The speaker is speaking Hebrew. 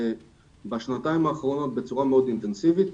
בשנתיים האחרונות בצורה מאוד אינטנסיבית,